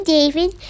David